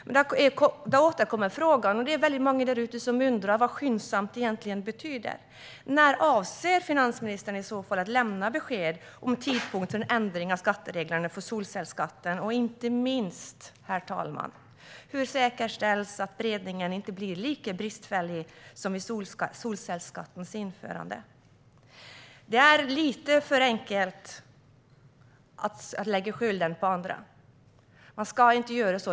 Men då återkommer frågan om vad "skyndsamt" egentligen betyder. Många där ute undrar också detta. När avser finansministern att lämna besked om en tidpunkt för ändring av skattereglerna för solcellsskatten? Jag undrar även hur man säkerställer att beredningen inte blir lika bristfällig som vid solcellsskattens införande. Det är lite för enkelt att lägga skulden på andra. Man ska inte göra så.